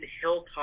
hilltop